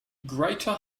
greater